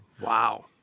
Wow